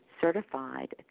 Certified